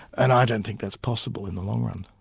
and i don't think that's possible, in the long run.